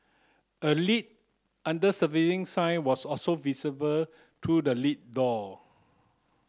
a lift under servicing sign was also visible through the lift door